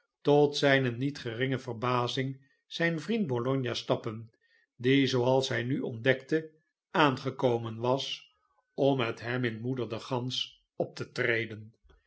tot zijne niet geringe verbazing zijn vriend bologna stappen die zooals hij nu ontdekte aangekomen was om met hem in moeder de grans op te treden